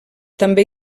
també